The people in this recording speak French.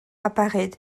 apparaît